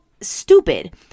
stupid